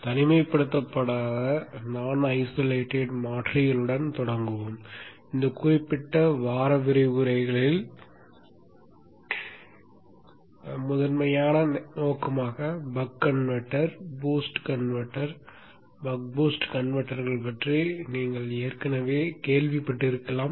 தனிமைப்படுத்தப்படாத மாற்றிகளுடன் தொடங்குவோம் இந்தக் குறிப்பிட்ட வார விரிவுரைகளில் முதன்மையான நோக்கமாக buck converter boost converter buck boost கன்வெர்ட்டர்கள் பற்றி நீங்கள் ஏற்கனவே கேள்விப்பட்டிருக்கலாம்